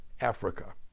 Africa